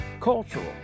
cultural